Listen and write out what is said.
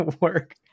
work